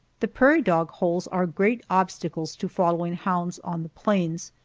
the prairie-dog holes are great obstacles to following hounds on the plains,